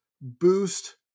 Boost